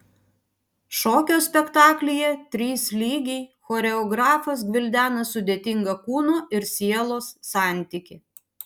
šokio spektaklyje trys lygiai choreografas gvildena sudėtingą kūno ir sielos santykį